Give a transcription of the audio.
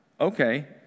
okay